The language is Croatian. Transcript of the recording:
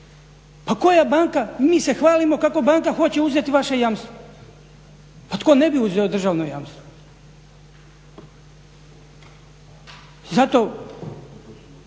Pa koja banka, mi se hvalimo kako banka hoće uzeti vaše jamstvo. Pa tko ne bi uzeo državno jamstvo? I zato